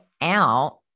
out